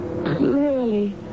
Clearly